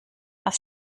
was